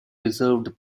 reserved